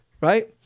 Right